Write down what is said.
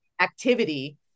activity